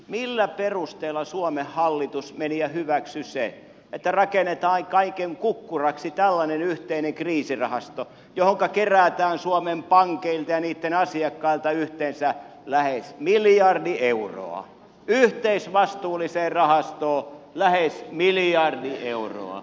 millä perusteella suomen hallitus meni ja hyväksyi sen että rakennetaan kaiken kukkuraksi tällainen yhteinen kriisirahasto johonka kerätään suomen pankeilta ja niitten asiakkailta yhteensä lähes miljardi euroa yhteisvastuulliseen rahastoon lähes miljardi euroa